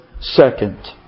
second